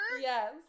Yes